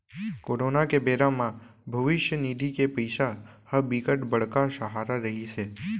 corona के बेरा म भविस्य निधि के पइसा ह बिकट बड़का सहारा रहिस हे